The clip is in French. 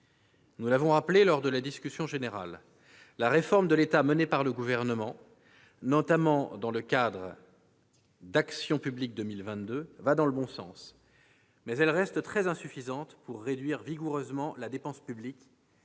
Nous l'avons rappelé lors de la discussion générale, la réforme de l'État menée par le Gouvernement, notamment dans le cadre du Comité Action publique 2022, va dans le bon sens. Elle reste néanmoins très insuffisante pour réduire vigoureusement la dépense publique